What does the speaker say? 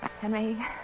Henry